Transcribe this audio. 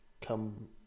Come